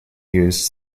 used